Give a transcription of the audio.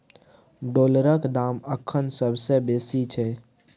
डॉलरक दाम अखन सबसे बेसी छै